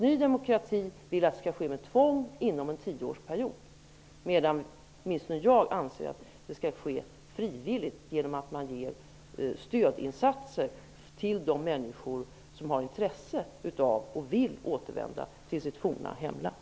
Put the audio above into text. Ny demokrati vill att det skall ske med tvång inom en tioårsperiod, medan åtminstone jag anser att det skall ske frivilligt genom att man gör stödinsatser för de människor som har intresse av och vill återvända till sitt forna hemland.